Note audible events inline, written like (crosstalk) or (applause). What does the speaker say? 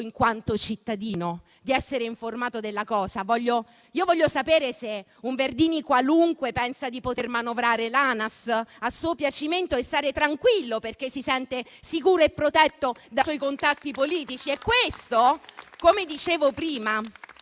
in quanto cittadino, di essere informato della cosa. Io voglio sapere se un Verdini qualunque pensa di poter manovrare l'Anas a suo piacimento e stare tranquillo perché si sente sicuro e protetto da suoi contatti politici, (applause) come dicevo prima,